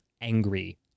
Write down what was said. angry